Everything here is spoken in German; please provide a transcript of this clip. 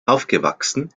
aufgewachsen